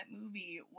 movie